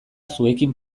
zuekin